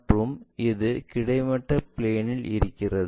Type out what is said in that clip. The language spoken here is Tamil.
மற்றும் இது கிடைமட்ட பிளேனில் இருக்கிறது